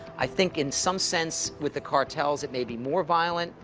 i think, in some sense, with the cartels, it may be more violent.